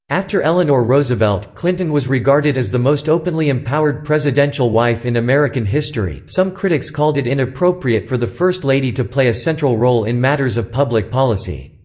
after eleanor roosevelt, clinton was regarded as the most openly empowered presidential wife in american history some critics called it inappropriate for the first lady to play a central role in matters of public policy.